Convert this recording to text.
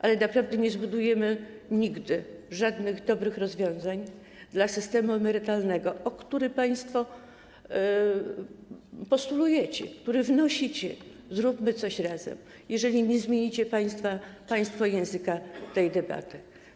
Ale naprawdę nie zbudujemy nigdy żadnych dobrych rozwiązań dla systemu emerytalnego, co państwo postulujecie, o co wnosicie - zróbmy coś razem - jeżeli nie zmienicie państwo języka tej debaty.